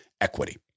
equity